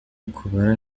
kubara